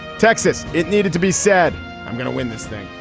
texas. it needed to be said i'm gonna win this thing.